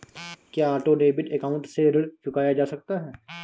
क्या auto debit account से ऋण चुकाया जा सकता है?